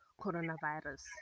coronavirus